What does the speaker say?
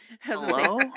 Hello